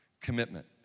commitment